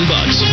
Bucks